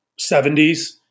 70s